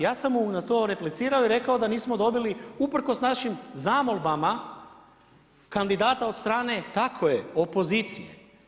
Ja sam mu na to replicirao i rekao da nismo dobili usprkos našim zamolbama kandidata od strane, tako je opozicije.